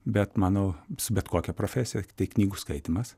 bet mano su bet kokia profesija tai knygų skaitymas